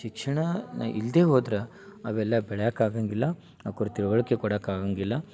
ಶಿಕ್ಷಣ ನಾ ಇಲ್ಲದೇ ಹೋದ್ರೆ ಅವೆಲ್ಲ ಬೆಳೆಯಾಕಾಗಂಗಿಲ್ಲ ಅವ್ಕರ ತಿಳ್ವಳಿಕೆ ಕೊಡಕಾಗಂಗಿಲ್ಲ